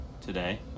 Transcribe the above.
Today